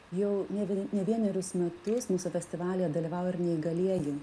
jau ne ne vienerius metus mūsų festivalyje dalyvauja ir neįgalieji